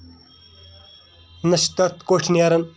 نہ چھُ تَتھ کوٚٹھۍ نیٚران